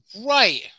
Right